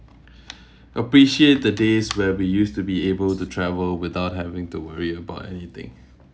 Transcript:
appreciate the days where we used to be able to travel without having to worry about anything